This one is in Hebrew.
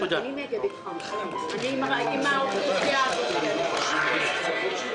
כך לא מנהלים מדינה, ועם כל הכבוד, בסדר.